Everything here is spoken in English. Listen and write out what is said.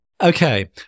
Okay